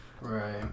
right